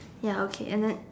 ya okay and then